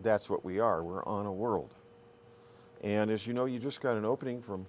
that's what we are we're on a world and as you know you just got an opening from